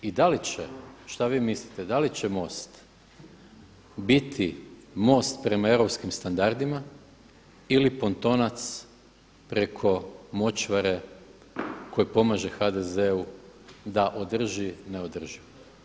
I da li će, što vi mislite da li će Most biti most prema europskim standardima ili pontonac preko močvare koji pomaže HDZ-u da održi neodrživo?